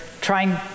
trying